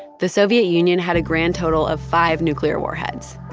the soviet union had a grand total of five nuclear warheads.